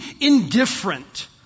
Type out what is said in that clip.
indifferent